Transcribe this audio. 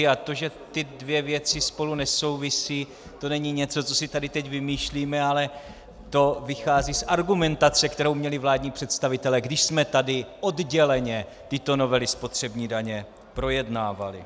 A to, že ty dvě věci spolu nesouvisejí, to není něco, co si tady teď vymýšlíme, ale to vychází z argumentace, kterou měli vládní představitelé, když jsme tady odděleně tyto novely spotřební daně projednávali.